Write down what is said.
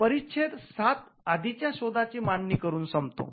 परिच्छेद सात आधीच्या शोधाची मांडणी करून संपतो